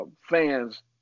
fans